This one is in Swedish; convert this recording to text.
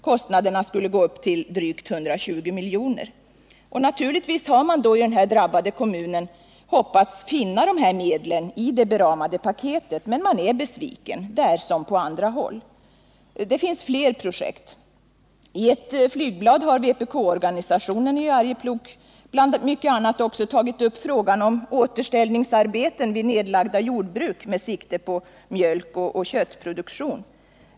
Kostnaderna skulle uppgå till drygt 120 milj.kr. Naturligtvis har man i denna drabbade kommun hoppats finna medel till detta i det beramade paketet. Men nu är man besviken — där som på andra håll. Det finns fler projekt. I ett flygblad har vpk-organisationen i Arjeplog bland mycket annat också tagit upp frågan om återställningsarbeten vid nedlagda jordbruk med sikte på mjölkoch köttproduktion.